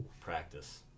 practice